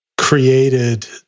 created